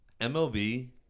mlb